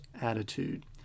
attitude